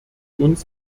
uns